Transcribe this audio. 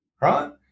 right